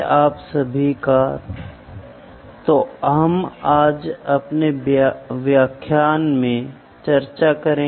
और दोस्तों आज हमारा मेजरमेंट एंड मेट्रोलॉजी के साथ परिचय होगा